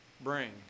bring